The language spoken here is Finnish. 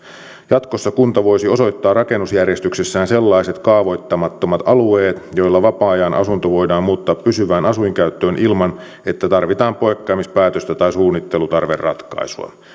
jatkossa kunta voisi osoittaa rakennusjärjestyksessään sellaiset kaavoittamattomat alueet joilla vapaa ajanasunto voidaan muuttaa pysyvään asuinkäyttöön ilman että tarvitaan poikkeamispäätöstä tai suunnittelutarveratkaisua